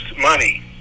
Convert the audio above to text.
money